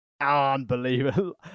Unbelievable